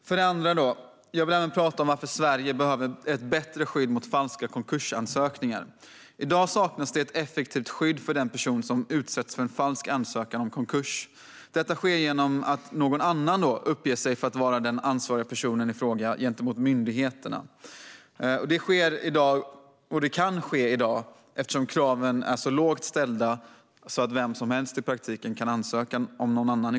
För det andra vill jag gärna tala om varför Sverige behöver ett bättre skydd mot falska konkursansökningar. I dag saknas det ett effektivt skydd för den person som utsätts för en falsk ansökan om konkurs. Detta sker genom att någon annan utger sig för att vara den ansvariga personen i fråga gentemot myndigheterna, och det kan i dag ske eftersom kraven är så lågt ställda att i praktiken vem som helst kan ansöka om konkurs för någon annan.